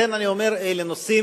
לכן אני אומר, אלה נושאים